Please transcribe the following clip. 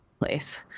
place